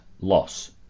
loss